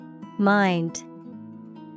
Mind